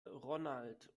ronald